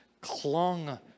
clung